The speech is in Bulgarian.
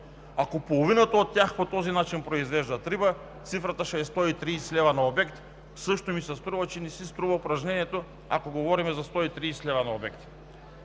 Ако половината от тях по този начин произвеждат риба, цифрата ще е 130 лв. на обект. Струва ми се, че също не си струва упражнението, ако говорим за 130 лв. на обект.